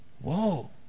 whoa